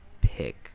pick